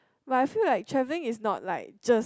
but I feel like travelling is not like just